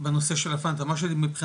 בנושא של ה- FENTA. מה שמבחינת